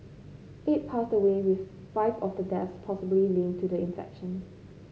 eight passed away with five of the deaths possibly linked to the infection